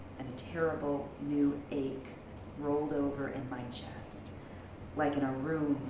and a terrible new ache rolled over in my chest like in a room,